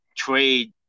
trade